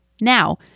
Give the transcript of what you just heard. Now